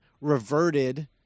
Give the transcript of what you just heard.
reverted